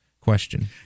question